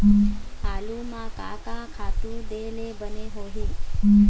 आलू म का का खातू दे ले बने होही?